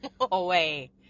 Away